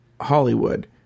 Hollywood